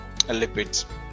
lipids